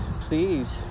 please